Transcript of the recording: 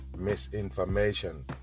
Misinformation